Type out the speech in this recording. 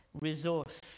resource